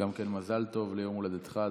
מזל טוב ליום הולדתך,